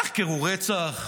תחקרו רצח,